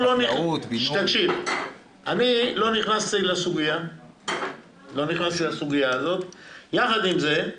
לא נכנסתי לסוגיה הזאת, ועם זאת,